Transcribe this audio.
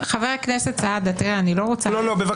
חבר הכנסת סעדה, אני לא רוצה